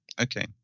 okay